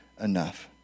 enough